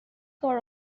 کار